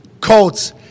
Colts